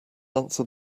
answer